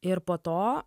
ir po to